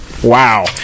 Wow